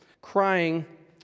crying